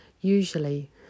usually